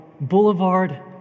Boulevard